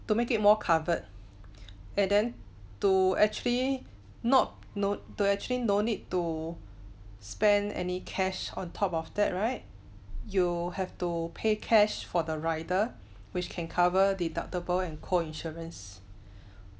to make it more covered and then to actually not not to actually no need to spend any cash on top of that right you have to pay cash for the rider which can cover deductible and co insurance